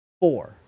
four